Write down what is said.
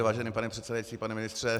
Vážený pane předsedající, pane ministře.